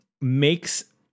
makes